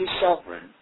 sovereign